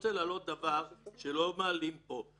רוצה להעלות דבר שלא מעלים פה.